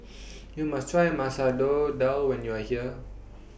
YOU must Try Dal when YOU Are here